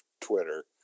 Twitter